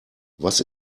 was